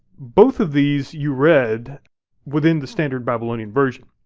both of these you read within the standard babylonian version.